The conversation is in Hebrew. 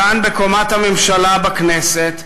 כאן, בקומת הממשלה בכנסת,